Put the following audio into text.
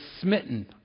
smitten